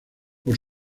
por